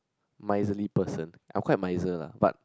miserly person I'm quite miser lah but